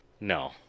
no